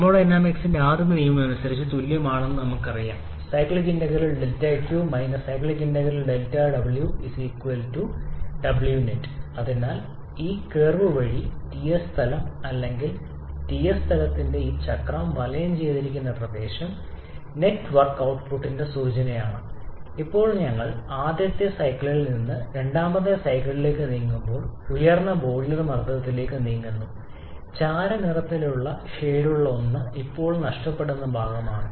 തെർമോഡൈനാമിക്സിന്റെ ആദ്യ നിയമമനുസരിച്ച് തുല്യമായിരിക്കണമെന്ന് നമുക്കറിയാം ර 𝛿𝑞 ර 𝛿𝑊 𝑊𝑛𝑒𝑡 അതിനാൽ ഈ കർവ് വഴി Ts തലം അല്ലെങ്കിൽ Ts തലത്തിൽ ഈ ചക്രം വലയം ചെയ്തിരിക്കുന്ന പ്രദേശം നെറ്റ് വർക്ക് ഔട്ട്പുട്ടിന്റെ സൂചനയാണ് ഇപ്പോൾ ഞങ്ങൾ ആദ്യത്തെ സൈക്കിളിൽ നിന്ന് രണ്ടാമത്തെ സൈക്കിളിലേക്ക് നീങ്ങുമ്പോൾ ഉയർന്ന ബോയിലർ മർദ്ദത്തിലേക്ക് നീങ്ങുന്നു ചാരനിറത്തിലുള്ള ഷേഡുള്ള ഒന്ന് ഇപ്പോൾ നഷ്ടപ്പെടുന്ന ഭാഗമാണ്